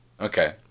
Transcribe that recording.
okay